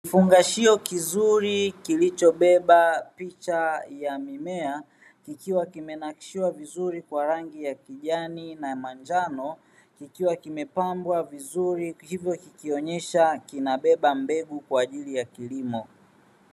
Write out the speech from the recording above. Kifungashio kizuri kilichobeba picha ya mimea kikiwa kimenakshiwa vizuri kwa rangi ya kijani na ya manyano, kikiwa kumepambwa vizuri kinaonyesha kinabeba mbegu kwa ajili ya kilimo.